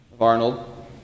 Arnold